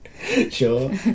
Sure